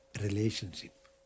relationship